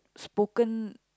spoken